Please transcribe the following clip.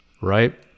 right